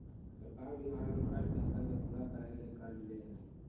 सरकार भी आय और खर्च के अंतर के पूरा करय ले कर्ज ले हइ